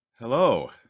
Hello